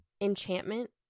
enchantment